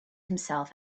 himself